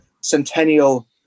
centennial